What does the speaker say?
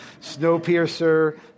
Snowpiercer